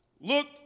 look